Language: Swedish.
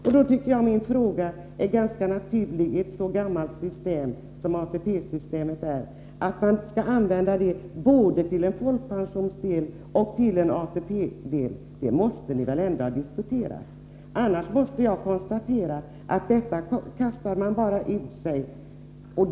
När man vill göra en sådan ändring som den vpk föreslår i ett så gammalt system som ATP-systemet är tycker jag att min fråga är ganska naturlig. Hur man skall bära sig åt för att använda basbeloppet både till en folkpensionsdel och till en ATP-del måste ni väl ändå ha diskuterat? Annars måste jag konstatera att man bara kastar ur sig detta förslag.